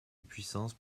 puissance